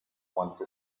once